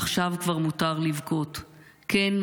עכשיו כבר מותר לבכות./ כן,